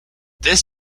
this